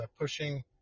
pushing